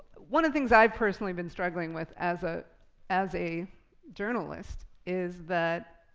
one of the things i've personally been struggling with as ah as a journalist is that